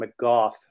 McGough